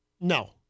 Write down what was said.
No